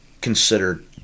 considered